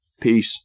Peace